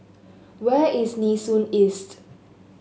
where is Nee Soon East